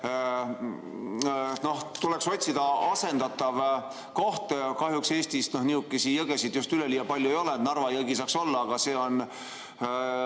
tuleks otsida asendatav koht ja kahjuks Eestis nihukesi jõgesid just üleliia palju ei ole. Narva jõgi saaks olla, aga siis,